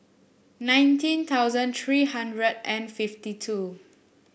nineteen thousand three hundred and fifty two